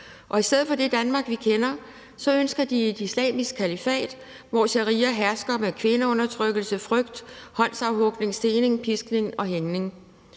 I stedet for det Danmark, vi kender, ønsker de et islamisk kalifat, hvor sharia hersker med kvindeundertrykkelse, frygt, håndsafhugning, stening, piskning og hængning.